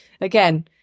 again